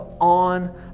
on